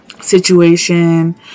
situation